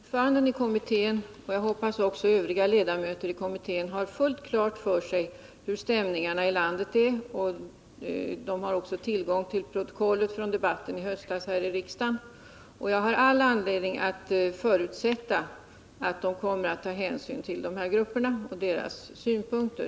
Herr talman! Ordföranden i kommittén, och som jag hoppas också dess övriga ledamöter, har fullt klart för sig hur stämningarna i landet är, och de har också tillgång till protokollet från debatten i höstas här i riksdagen. Jag har all anledning att förutsätta att de kommer att ta hänsyn till de aktuella gruppernas synpunkter.